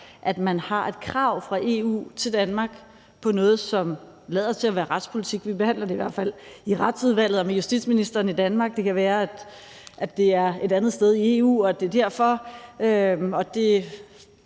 at der er et krav fra EU til Danmark inden for noget, som lader til at være retspolitik. Vi behandler det i hvert fald i Retsudvalget og med justitsministeren i Danmark. Det kan være, at det ligger et andet sted i EU, og at det er derfor.